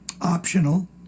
optional